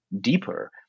deeper